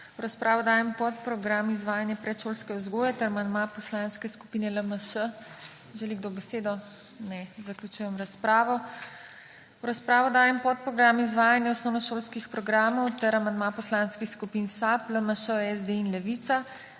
V razpravo dajem podprogram Izvajanje predšolske vzgoje ter amandma Poslanske skupine LMŠ. Želi kdo besedo? Ne. Zaključujem razpravo. V razpravo dajem podprogram Izvajanje osnovnošolskih programov ter amandma poslanskih skupin SAB, LMŠ, SD in Levica,